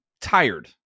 tired